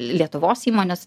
lietuvos įmonės